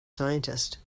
scientist